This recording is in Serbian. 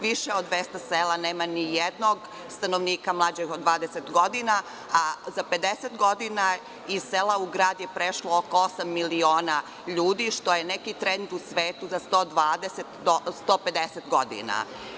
Više od 200 sela nema ni jednog stanovnika mlađeg od 20 godina, a za 50 godina iz sela u grad je prešlo oko osam miliona ljudi, što je neki trend u svetu od 120 do 150 godina.